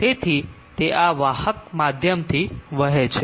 તેથી તે આ વાહક માધ્યમથી વહે છે